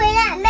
yeah,